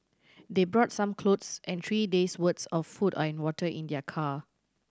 they brought some clothes and three days' worth of food and water in their car